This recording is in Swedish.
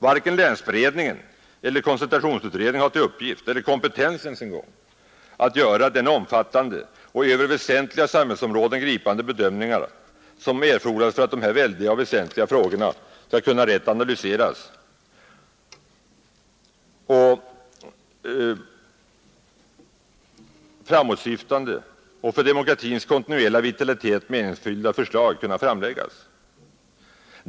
Varken länsberedningen eller koncentrationsutredningen har till uppgift — eller ens kompetens — att göra de omfattande och på väsentliga samhällsområden övergripande bedömningar som erfordras för att dessa väldiga frågor rätt skall kunna analyseras, så att framåtsyftande och för demokratins kontinuerliga vitalitet meningsfyllda förslag skall kunna framläggas.